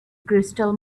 crystal